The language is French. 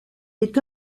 aient